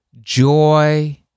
joy